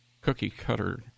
cookie-cutter